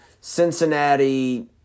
Cincinnati